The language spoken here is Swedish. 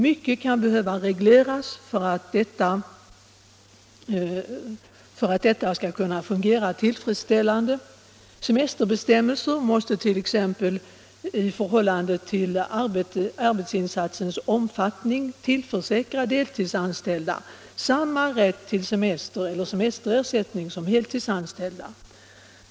Mycket kan — m.m. behöva regleras för att detta skall kunna fungera tillfredsställande: semesterbestämmelser måste t.ex. i förhållande till arbetsinsatsens omfattning tillförsäkra deltidsanställda samma rätt till semester eller semesterersättning som heltidsanställda.